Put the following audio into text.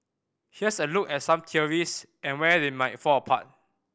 here's a look at some theories and where they might fall apart